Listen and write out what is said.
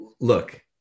Look